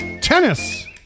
Tennis